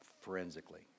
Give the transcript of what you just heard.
forensically